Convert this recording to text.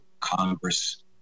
Congress